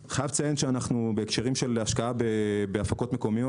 אני חייב לציין שבהקשרים של השקעה בהפקות מקומיות,